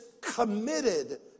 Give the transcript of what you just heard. committed